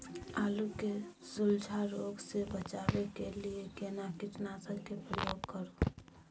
आलू के झुलसा रोग से बचाबै के लिए केना कीटनासक के प्रयोग करू